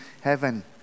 heaven